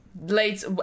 late